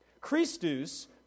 Christus